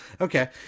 Okay